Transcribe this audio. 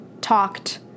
talked